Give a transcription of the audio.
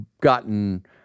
gotten